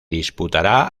disputará